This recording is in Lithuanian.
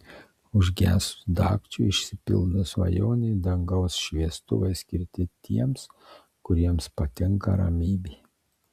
užgesus dagčiui išsipildo svajonė dangaus šviestuvai skirti tiems kuriems patinka ramybė